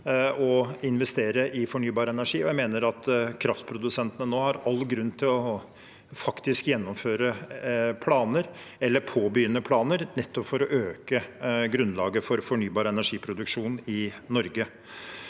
å investere i fornybar energi, og jeg mener at kraftprodusentene nå har all grunn til å gjennomføre planer eller påbegynne planer, nettopp for å øke grunnlaget for fornybar energiproduksjon i Norge.